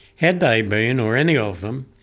had they been, or any of them,